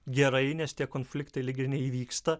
gerai nes tie konfliktai lyg ir neįvyksta